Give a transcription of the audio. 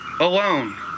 alone